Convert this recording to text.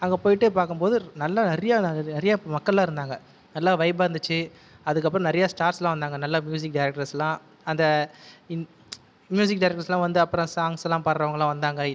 அங்கே போயிட்டு பார்க்கம் போது நல்லா நிறையா நிறையா மக்கள்லாம் இருந்தாங்க நல்லா வைப்பா இருந்துச்சு அதுக்கப்பறம் நிறைய ஸ்டார்ஸ்லா வந்தாங்கள் நல்ல மியூசிக் டிரெக்ட்டர்ஸ்லா அந்த மியூசிக் டிரெக்ட்டர்ஸலாம் வந்து அப்புறம் சாங்ஸ்லாம் பாடுகிறவங்களா வந்தாங்க